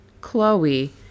Chloe